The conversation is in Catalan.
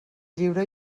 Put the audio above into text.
lliure